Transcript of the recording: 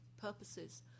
purposes